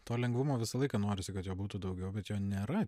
to lengvumo visą laiką norisi kad jo būtų daugiau bet jo nėra